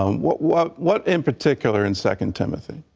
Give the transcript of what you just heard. um what what what in particular in second timothy.